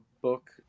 book